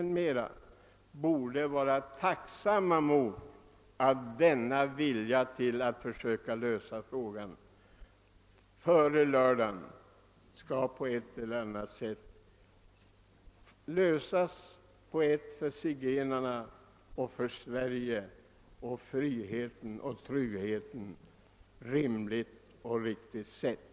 Därför tycker jag verkligen att interpellanten borde vara tacksam för den vilja som har visats att försöka lösa detta problem före lördagen på ett för zigenarna och för Sverige, för friheten och för tryggheten rimligt och riktigt sätt.